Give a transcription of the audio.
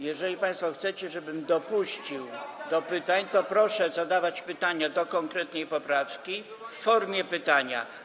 Jeżeli państwo chcecie, żebym dopuścił do pytań, to proszę zadawać pytania do konkretnej poprawki w formie pytania.